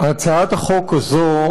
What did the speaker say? הצעת החוק הזאת,